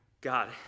God